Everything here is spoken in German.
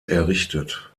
errichtet